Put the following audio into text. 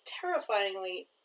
terrifyingly